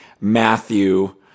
Matthew